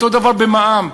אותו דבר במע"מ.